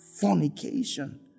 fornication